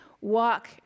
walk